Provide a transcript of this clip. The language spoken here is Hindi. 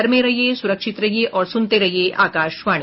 घर में रहिये सुरक्षित रहिये और सुनते रहिये आकाशवाणी